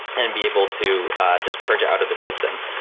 and be able to just purge out of the system.